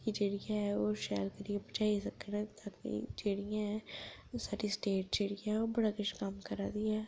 कि जेह्ड़ियां ऐ ओह् शैल करियै जाई सकने जेह्ड़ियां ऐ साढ़ी स्टेट ऐ ओह् बड़ा किश कम्म करा दी ऐ